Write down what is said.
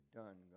done